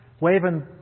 Waving